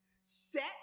set